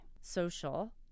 Social